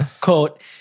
quote